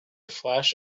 flash